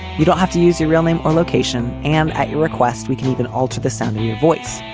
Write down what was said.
you don't have to use your real name or location, and at your request we can even alter the sound of your voice.